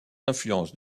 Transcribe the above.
influences